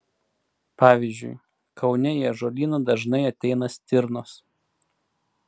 pavyzdžiui kaune į ąžuolyną dažnai ateina stirnos